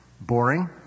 Boring